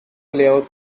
layout